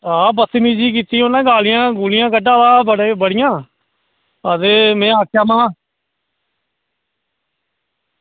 आं बदतमीजी कीती गालियां कड्ढा दा हा बड़ियां ते में आक्खेआ में हा